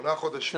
שמונה חודשים.